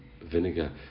vinegar